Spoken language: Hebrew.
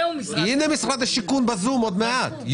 משרד השיכון יהיה בזום עוד מעט.